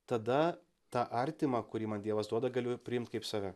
tada tą artimą kurį man dievas duoda galiu ir priimt kaip save